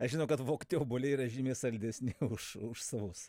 aš žinau kad vogti obuoliai yra žymiai saldesni už už savus